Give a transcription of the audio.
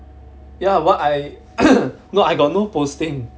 ya what I no I got no posting